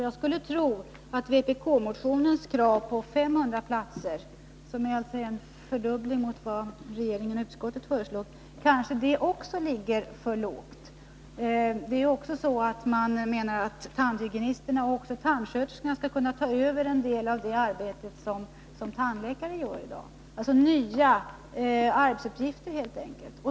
Jag skulle tro att vpk-motionens krav på 500 platser, som alltså är en fördubbling av vad regeringen och utskottet föreslår, också ligger för lågt. Man menar också att tandhygienisterna och tandsköterskorna skall kunna ta över en del av det arbete som tandläkarna i dag gör. Det blir alltså nya arbetsuppgifter för dem.